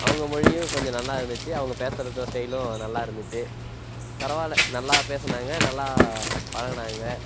அவங்க மொழியும் கொஞ்சம் நல்லா இருந்துச்சு அவங்க பேசுகிறது ஸ்டைலும் நல்லா இருந்துச்சு பரவாயில்ல நல்லா பேசினாங்க நல்லா பழகினாங்க